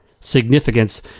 significance